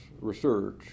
research